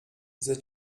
the